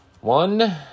One